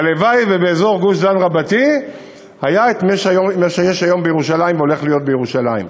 הלוואי שבאזור גוש-דן יהיה מה שיש היום בירושלים והולך להיות בירושלים.